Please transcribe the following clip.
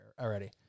already